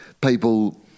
people